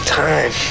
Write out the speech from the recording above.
time